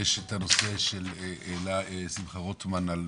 יש את הנושא שהעלה שמחה רוטמן על